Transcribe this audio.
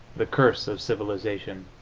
the curse of civilization